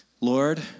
Lord